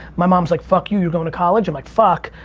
my mom's like, fuck you, you're going to college. i'm like, fuck.